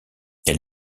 elle